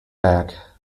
back